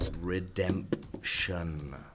Redemption